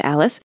Alice